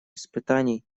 испытаний